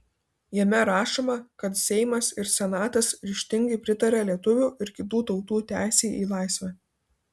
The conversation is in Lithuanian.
jame rašoma kad seimas ir senatas ryžtingai pritaria lietuvių ir kitų tautų teisei į laisvę